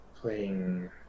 playing